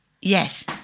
Yes